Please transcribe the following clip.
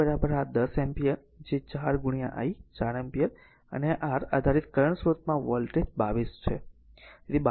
અને I r 10 ampere જે 4 I 4 ampere અને આ r આધારિત કરંટ સ્રોતમાં વોલ્ટેજ 22 વોલ્ટ છે